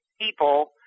people